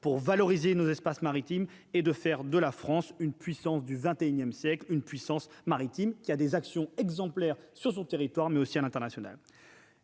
pour valoriser nos espaces maritimes et de faire de la France une puissance du XXIe siècle, une puissance maritime qui a des actions exemplaires sur son territoire mais aussi à l'international :